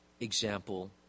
example